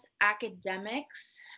academics